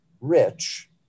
rich